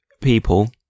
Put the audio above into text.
people